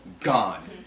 gone